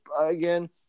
again